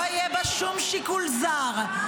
לא יהיה בה שום שיקול זר,